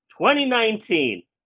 2019